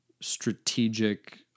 strategic